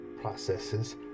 processes